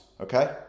okay